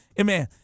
amen